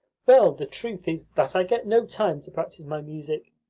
well, the truth is that i get no time to practice my music.